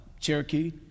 Cherokee